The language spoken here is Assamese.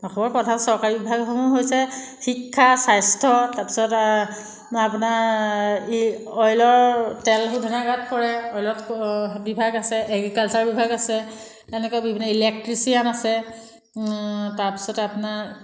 অসমৰ প্ৰধান চৰকাৰী বিভাগসমূহ হৈছে শিক্ষা স্বাস্থ্য তাৰপিছত আপোনাৰ এই অইলৰ তেল শোধনাগাৰত কৰে অইলত বিভাগ আছে এগ্ৰিকালচাৰ বিভাগ আছে এনেকৈ বিভিন্ন ইলেক্ট্ৰিচিয়ান আছে তাৰপিছতে আপোনাৰ